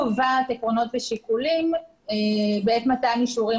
והיא קובעת עקרונות ושיקולים בעת מתן אישורים